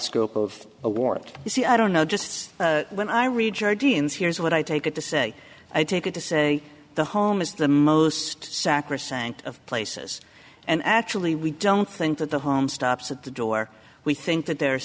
scope of a warrant you see i don't know just when i read your dns here's what i take it to say i take it to say the home is the most sacrosanct of places and actually we don't think that the home stops at the door we think that there